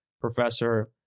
professor